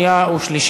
קריאה שנייה ושלישית.